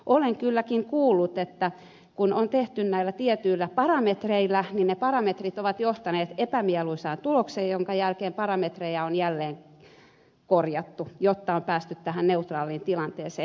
olen kylläkin kuullut että kun on käytetty näitä tiettyjä parametrejä niin ne ovat johtaneet epämieluisaan tulokseen minkä jälkeen parametreja on jälleen korjattu jotta on päästy tähän neutraaliin tilanteeseen